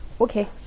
okay